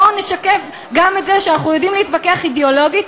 בואו נשקף גם את זה שאנחנו יודעים להתווכח אידיאולוגית,